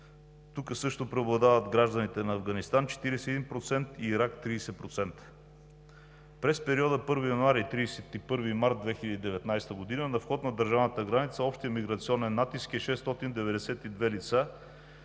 Тук също преобладават гражданите на Афганистан – 41%, и Ирак – 30%. През периода 1 януари – 31 март 2019 г. на вход на държавната граница общият миграционен натиск е 692 лица,